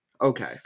okay